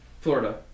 Florida